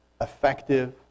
effective